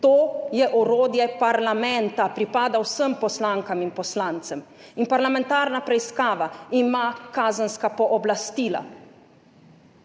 to je orodje parlamenta, pripada vsem poslankam in poslancem. In parlamentarna preiskava ima kazenska pooblastila.